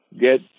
get